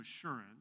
assurance